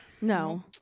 No